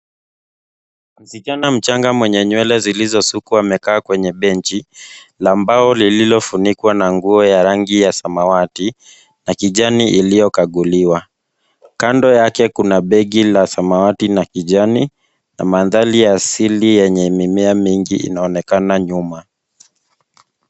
Msichana mdogo mwenye nywele zilisozukwa amekaa kwenye bench na mbao lililofunikwa na nguo ya rangi ya samawati na kijani iliyokaguliwa. Kando yake kuna begi la samawati na kijani na mandhari ya asili yenye mimea mingi inaonekana nyuma.